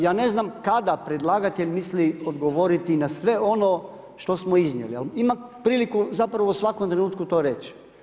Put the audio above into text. Ja ne znam kada predlagatelj misli odgovoriti na sve ono što smo iznijeli, ali ima priliku zapravo u svakom trenutku tu reći.